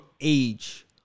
age